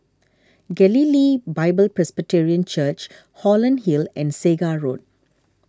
Galilee Bible Presbyterian Church Holland Hill and Segar Road